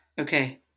Okay